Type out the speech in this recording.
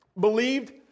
believed